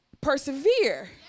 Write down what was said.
persevere